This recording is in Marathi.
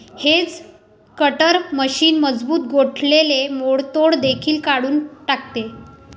हेज कटर मशीन मजबूत गोठलेले मोडतोड देखील काढून टाकते